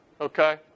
Okay